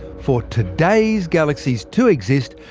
for today's galaxies to exist,